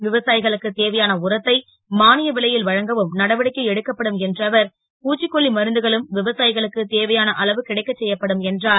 விவசா களுக்கு தேவையான உரத்தை மா ய விலை ல் வழங்கவும் நடவடிக்கை எடுக்கப்படும் என்ற அவர் பூச்சிக் கொல்லி மருந்துகளும் விவசா களுக்கு தேவையான அளவு கிடைக்கச் செ யப்படும் என்றார்